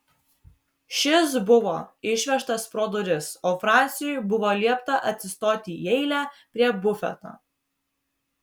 šis buvo išvežtas pro duris o franciui buvo liepta atsistoti į eilę prie bufeto